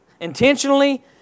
intentionally